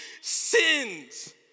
sins